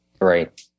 Right